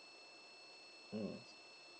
mm